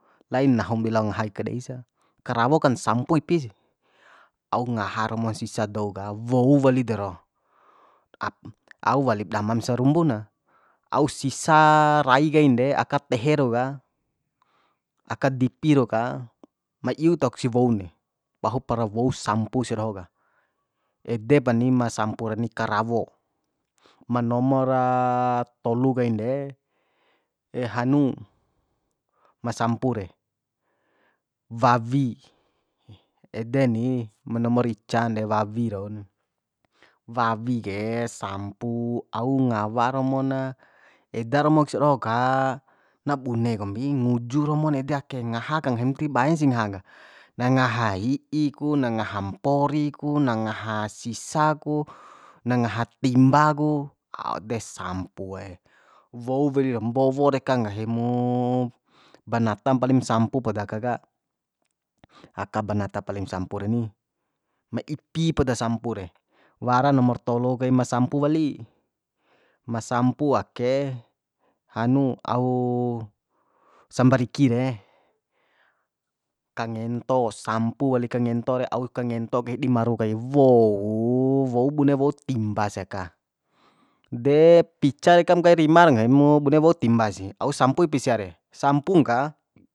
Lain nahum di lao ngaha kai ka dei sa karawo kan sampu ipi sih au ngaha romon sisa dou ka wou wali dero au walip damam sarumbuna au sisa rai kain de aka tehe rau ka aka dipi rau ka ma iu tahok si woun de pahupara wou sampu sia doho ka ede pa ni ma sampu ni karawo ma nomora tolu kain de hanu ma sampu re wawi ede ni ma nomor ican de wawi rauni wawi ke sampu au ngawa romo na eda romok sia doho ka na bune kombi nguju romon ede ake ngaha ka nggahim ti baen sih ngaha ka na ngaha hi'i ku na ngaha mpori ku na ngaha sisa ku na ngaha timba ku de sampue wou wali mbowo deka nggahi mu banatam paling sampu poda aka ka aka banata paling sampu reni ma ipi poda sampure wara nomor talu kaim sampu wali ma sampu ake hanu au sambariki re kangento sampu wali kangento re au kangento kai di maru kai wou wou bune wou timba sia ka de pica rekam kai rima re nggahi mu bune wou timba sih au sampu ipi sia re sampung ka